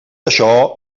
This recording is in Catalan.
això